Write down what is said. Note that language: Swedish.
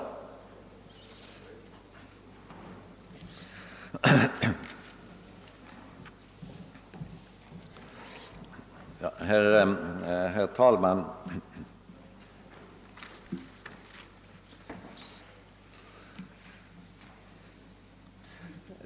Herr talman!